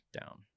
down